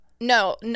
No